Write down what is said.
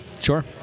Sure